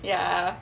ya